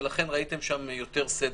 ולכן ראיתם שם יותר סדר,